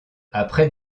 après